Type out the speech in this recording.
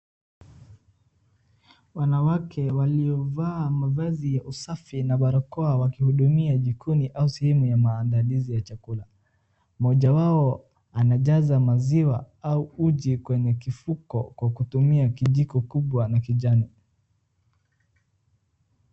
Wanawake waliovaa mavazi ya usafi na barakoa wakihudumia jikoni au sehemu ya maandalizi ya chakula moja wao anajaza maziwa au uji kwenye kifuko kwa kutumia kijiko kubwa na kijani.